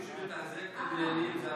מי שמתחזק את הבניינים זה הרשות המקומית.